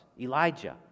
Elijah